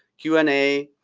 q and a,